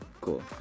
Cool